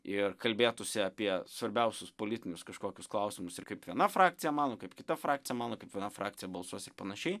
ir kalbėtųsi apie svarbiausius politinius kažkokius klausimus ir kaip viena frakcija mano kaip kita frakcija mano kaip viena frakcija balsuos ir panašiai